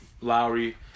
Lowry